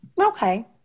Okay